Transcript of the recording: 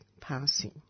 passing